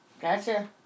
Gotcha